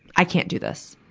i can't do this.